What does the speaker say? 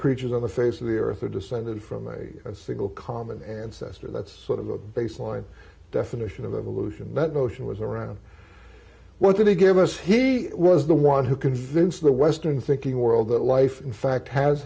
creatures on the face of the earth are descended from a single common ancestor that's sort of the baseline definition of evolution that notion was around what they gave us he was the one who convinced the western thinking world that life in fact has